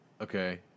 Okay